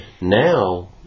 Now